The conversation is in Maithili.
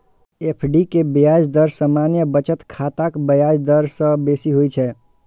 एफ.डी के ब्याज दर सामान्य बचत खाताक ब्याज दर सं बेसी होइ छै